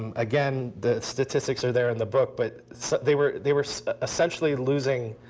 um again, the statistics are there in the book. but they were they were essentially losing